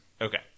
Okay